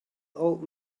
old